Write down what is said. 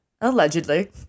Allegedly